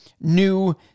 new